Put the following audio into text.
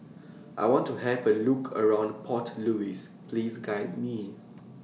I want to Have A Look around Port Louis Please Guide Me